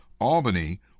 Albany